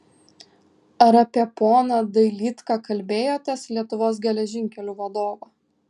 ar apie poną dailydką kalbėjotės lietuvos geležinkelių vadovą